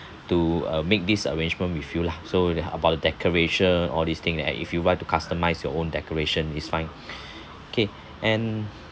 to uh make this arrangement with you lah so that about the decoration all these thing that if you want to customise your own decoration it's fine okay and